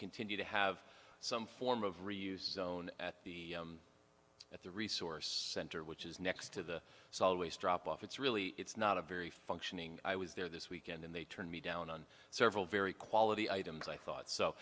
continue to have some form of reuse own at the at the resource center which is next to the solid waste drop off it's really it's not a very functioning i was there this weekend and they turned me down on several very quality items i thought